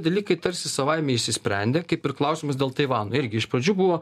dalykai tarsi savaime išsisprendė kaip ir klausimus dėl taivano irgi iš pradžių buvo